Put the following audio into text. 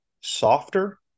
softer